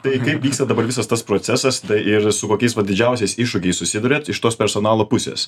tai kaip vyksta dabar visas tas procesas tai ir su kokiais didžiausiais iššūkiais susiduriat iš tos personalo pusės